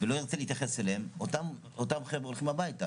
ולא ירצה להתייחס אליהם - אותם חבר'ה הולכים הביתה.